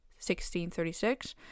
1636